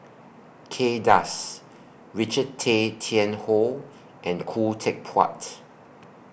Kay Das Richard Tay Tian Hoe and Khoo Teck Puat